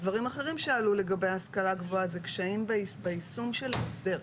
דברים אחרים שעלו לגבי ההשכלה הגבוהה זה קשיים ביישום של ההסדר.